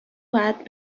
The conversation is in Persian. باید